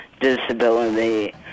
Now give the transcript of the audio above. disability